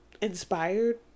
inspired